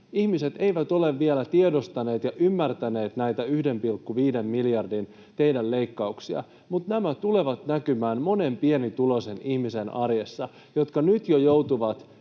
Ihmiset eivät ole vielä tiedostaneet ja ymmärtäneet näitä teidän 1,5 miljardin leikkauksianne, mutta nämä tulevat näkymään monen pienituloisen ihmisen arjessa, jotka nyt jo joutuvat